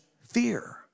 fear